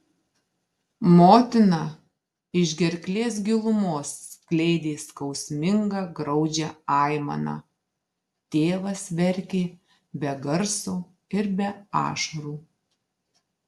motina iš gerklės gilumos skleidė skausmingą graudžią aimaną tėvas verkė be garso ir be ašarų